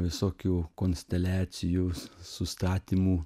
visokių konsteliacijų sustatymų